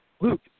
Luke